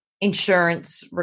insurance